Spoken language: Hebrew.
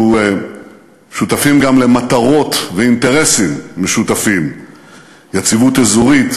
אנחנו שותפים גם למטרות ואינטרסים של יציבות אזורית,